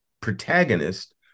protagonist